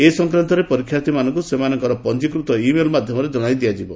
ଏ ସଂକ୍ରାନ୍ତରେ ପରୀକ୍ଷାର୍ଥୀମାନଙ୍କୁ ସେମାନଙ୍କର ପଞ୍ଜିକୃତ ଇ ମେଲ୍ ମାଧ୍ୟମରେ ଜଣାଇ ଦିଆଯିବ